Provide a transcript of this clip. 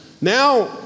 Now